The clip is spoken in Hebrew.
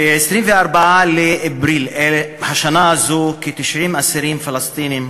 ב-24 באפריל בשנה הזאת פתחו כ-90 אסירים פלסטינים,